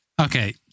Okay